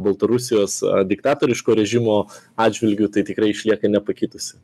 baltarusijos diktatoriško režimo atžvilgiu tai tikrai išlieka nepakitusi